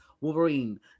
Wolverine